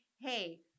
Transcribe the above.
Hey